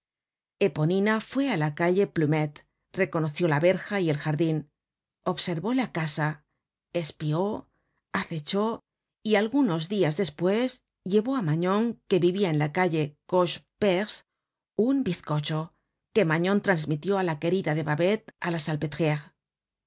eponina fué á la calle plumet reconoció la verja y el jardin observó la casa espió acechó y algunos dias despues llevó á magnon que v ivia en la calle coche perce un bizcocho que magnon trasmitió á la querida de babet á la